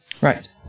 Right